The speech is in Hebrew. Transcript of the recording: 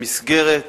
במסגרת